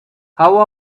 how